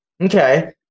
Okay